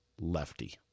lefty